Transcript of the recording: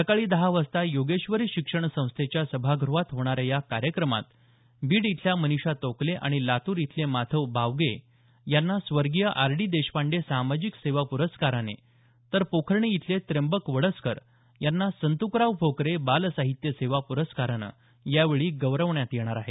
सकाळी दहा वाजता योगेश्वरी शिक्षण संस्थेच्या सभाग्रहात होणाऱ्या या कार्यक्रमात बीड इथल्या मनीषा तोकले आणि लातूर इथले माधव बावगे यांना स्वर्गीय आर डी देशपांडे सामाजिक सेवा प्रस्कारानी तर पोखर्णी इथले त्र्यंबक वडसकर यांना संतकराव भोकरे बालसाहित्य सेवा प्रस्कारांनं यावेळी गौरवण्यात येणार आहे